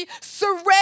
surrender